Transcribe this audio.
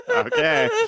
Okay